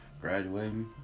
Graduating